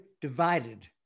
divided